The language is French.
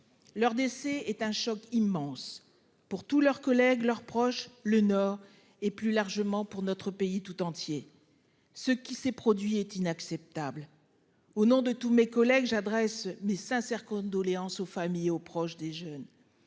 Leur décès est un choc immense pour tous leurs collègues, leurs proches. Le nord et plus largement pour notre pays tout entier. Ce qui s'est produit est inacceptable au nom de tous mes collègues, j'adresse mes sincères condoléances aux familles et aux proches des jeunes.